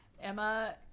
Emma